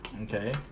Okay